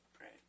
Right